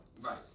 Right